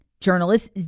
journalist